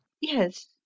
Yes